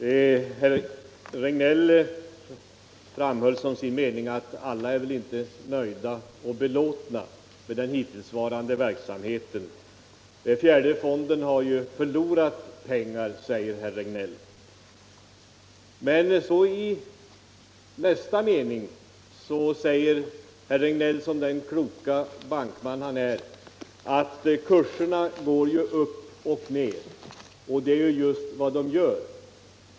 Herr talman! Herr Regnéll framhöll som sin mening att alla inte är nöjda och belåtna med den hittillsvarande verksamheten med aktieköp. Fjärde fonden har förlorat pengar, säger herr Regnéll. Men i nästa mening säger herr Regnéll, som den kloke bankman han är, att aktiekurser ju går upp och ned. Det är just vad de gör.